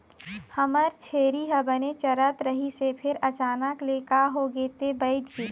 हमर छेरी ह बने चरत रहिस हे फेर अचानक ले का होगे ते बइठ गे